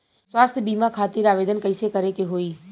स्वास्थ्य बीमा खातिर आवेदन कइसे करे के होई?